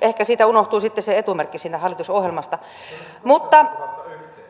ehkä siitä unohtui sitten se etumerkki siitä hallitusohjelmasta mutta